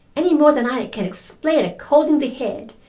any more than i can explain a cold in the head.